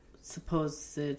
supposed